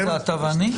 --- אתה ואני?